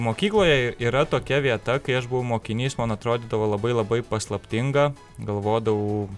mokykloje yra tokia vieta kai aš buvau mokinys man atrodydavo labai labai paslaptinga galvodavau